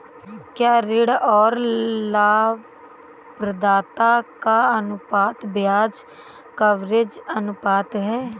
क्या ऋण और लाभप्रदाता का अनुपात ब्याज कवरेज अनुपात है?